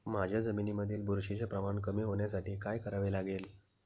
माझ्या जमिनीमधील बुरशीचे प्रमाण कमी होण्यासाठी काय करावे लागेल?